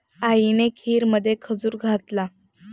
आईने खीरमध्ये खजूर घातला